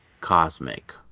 Cosmic